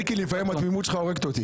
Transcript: אלקין, התמימות שלך לפעמים הורגת אותי.